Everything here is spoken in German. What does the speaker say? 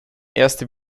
erste